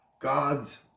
God's